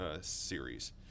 series